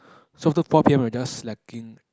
so after four p_m we're just slacking